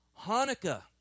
Hanukkah